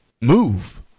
move